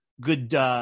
good